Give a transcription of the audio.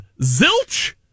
Zilch